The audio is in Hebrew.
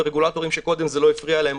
ורגולטורים שקודם זה לא הפריע להם,